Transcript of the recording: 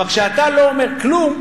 אבל כשאתה לא אומר כלום,